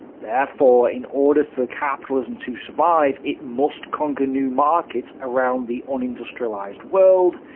therefore, in order for capitalism to survive, it must conquer new markets around the un-industrialized world.